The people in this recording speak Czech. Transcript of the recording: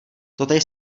totéž